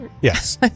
Yes